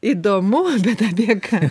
įdomu bet apie ką